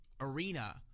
arena